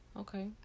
Okay